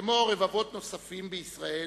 כמו רבבות נוספים בישראל,